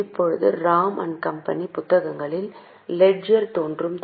இப்போது Ram and company புத்தகங்களில் ledger தோன்றும்